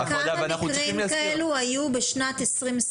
כמה מקרים כאלו היו בשנת 2021?